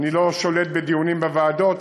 אני לא שולט בדיונים בוועדות,